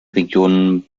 region